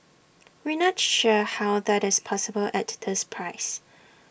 we not sure how that is possible at this price